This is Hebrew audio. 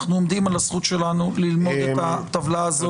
אנחנו עומדים על הזכות שלנו ללמוד את הטבלה הזאת,